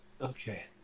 Okay